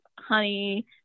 honey